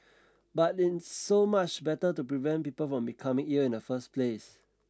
but it's so much better to prevent people from becoming ill in the first place